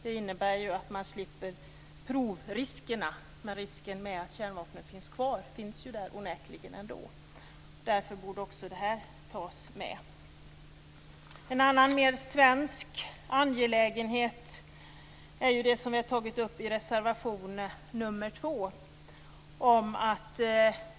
Det innebär att man slipper provriskerna, men risken med att kärnvapnet finns kvar finns onekligen där ändå. Därför borde också det här tas med. En annan mer svensk angelägenhet är det som vi har tagit upp i reservation 2.